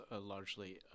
largely